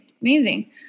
amazing